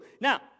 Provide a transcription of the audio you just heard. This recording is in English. Now